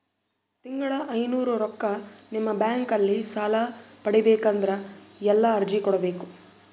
ತಿಂಗಳ ಐನೂರು ರೊಕ್ಕ ನಿಮ್ಮ ಬ್ಯಾಂಕ್ ಅಲ್ಲಿ ಸಾಲ ಪಡಿಬೇಕಂದರ ಎಲ್ಲ ಅರ್ಜಿ ಕೊಡಬೇಕು?